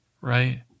right